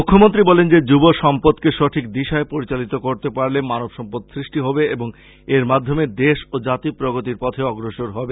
মখ্যমন্ত্রী বলেন যে যুব সম্পদকে সঠিক দিশায় পরিচালিত করতে পারলে মানব সম্পদ সৃষ্টি হবে এবং এর মাধ্যমে দেশ ও জাতি প্রগতির পথে অগ্রসর হবে